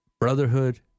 brotherhood